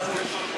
חברי הכנסת,